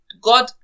God